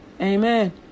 Amen